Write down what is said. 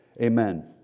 amen